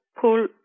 pull